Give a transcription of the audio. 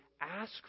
ask